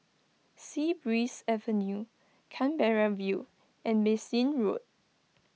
Sea Breeze Avenue Canberra View and Bassein Road